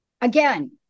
Again